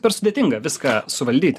per sudėtinga viską suvaldyt